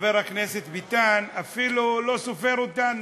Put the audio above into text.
חבר הכנסת ביטן אפילו לא סופר אותנו,